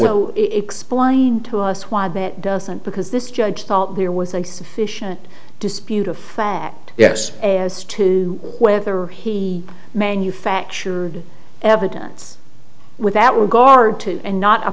will explain to us why bit doesn't because this judge felt there was a sufficient dispute of fact yes as to whether he manufactured evidence without regard to and not a